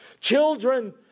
Children